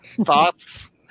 Thoughts